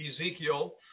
Ezekiel